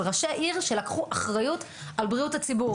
של ראשי עיר שלקחו אחריות על בריאות הציבור.